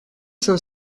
cinq